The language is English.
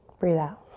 breathe out.